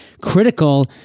critical